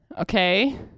Okay